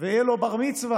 ויהיה לו בר-מצווה,